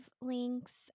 links